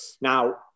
Now